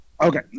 Okay